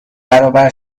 برابر